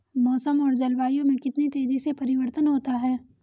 मौसम और जलवायु में कितनी तेजी से परिवर्तन होता है?